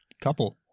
couple